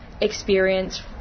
experience